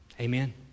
Amen